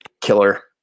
killer